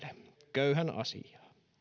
köyhän asiaa